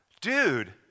Dude